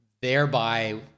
thereby